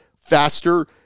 faster